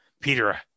Peter